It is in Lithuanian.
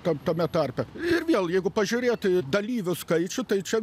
tam tame tarpe ir vėl jeigu pažiūrėt į dalyvių skaičių tai čia